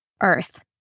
Earth